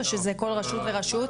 או שזה כל רשות ורשות?